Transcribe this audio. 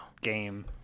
game